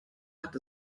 hat